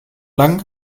lang